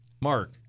Mark